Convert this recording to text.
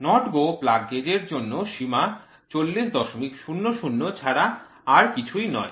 NOT GO plug gauge এর জন্য সীমা ৪০০০ ছাড়া আর কিছুই নয়